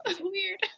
weird